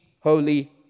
holy